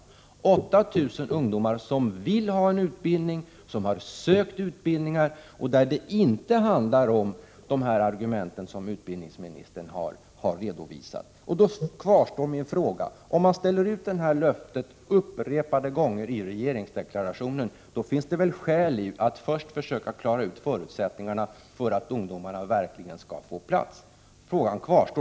Det gäller 8 000 ungdomar som vill ha en utbildning, som har sökt utbildningar och för vilka det inte handlar om de argument som utbildningsministern har redovisat. Då kvarstår min fråga. Om man ställer ut detta löfte, upprepat i regeringsdeklarationen, finns det väl skäl att först försöka klara ut förutsättningarna för att ungdomarna verkligen skall få plats.